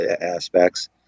aspects